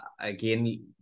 Again